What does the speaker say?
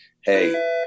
hey